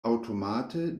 aŭtomate